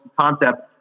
concept